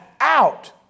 out